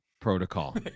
protocol